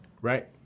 Right